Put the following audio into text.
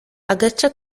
agaca